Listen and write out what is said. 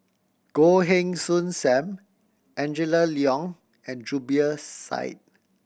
Goh Heng Soon Sam Angela Liong and Zubir Said